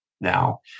now